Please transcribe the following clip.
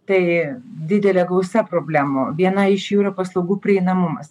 tai didelė gausa problemų viena iš jų yra paslaugų prieinamumas